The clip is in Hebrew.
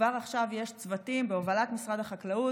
כבר עכשיו יש צוותים בהובלת משרד החקלאות,